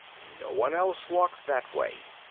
no one else walks that way.